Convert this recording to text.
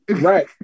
Right